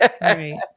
Right